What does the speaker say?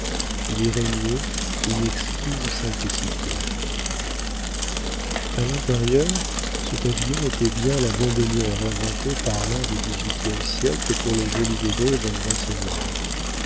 il y régnait une exquise simplicité a l'intérieur ce pavillon était bien la bonbonnière inventée par l'art du dix-huitième siècle pour les jolies débauches d'un grand seigneur